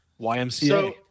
YMCA